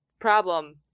problem